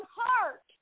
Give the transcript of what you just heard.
heart